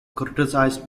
criticized